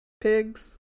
pigs